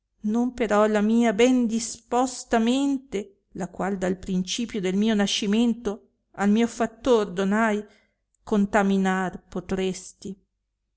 non però la ben disposta mente la quale dal principio del mio nascimento al mio fattor donai contaminar potresti